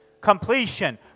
Completion